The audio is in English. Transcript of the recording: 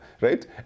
right